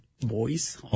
boys